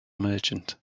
merchant